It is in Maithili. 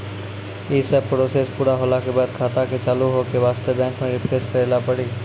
यी सब प्रोसेस पुरा होला के बाद खाता के चालू हो के वास्ते बैंक मे रिफ्रेश करैला पड़ी?